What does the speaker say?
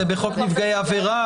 זה יהיה בחוק נפגעי עבירה,